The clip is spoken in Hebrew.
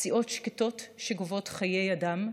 פציעות שקטות שגובות חיי אדם,